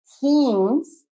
teams